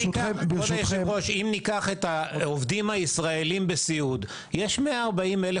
אם ניקח את העובדים הישראלים בסיעוד ישנם כ-140,000